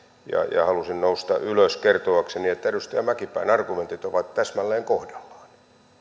ja halusin nousta ylös kertoakseni että edustaja mäkipään argumentit ovat täsmälleen kohdallaan